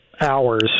hours